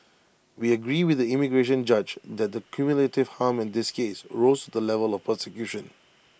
we agree with the immigration judge that the cumulative harm in this case rose the level of persecution